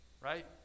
right